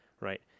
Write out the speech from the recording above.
right